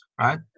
right